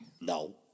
no